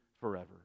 forever